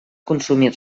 consumir